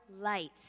light